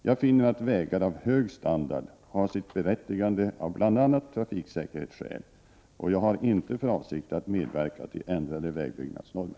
Jag finner att vägar av hög standard har sitt berättigande av bl.a. trafiksäkerhetsskäl, och jag har inte för avsikt att medverka till ändrade vägbyggnadsnormer.